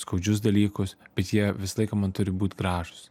skaudžius dalykus bet jie visą laiką man turi būt gražūs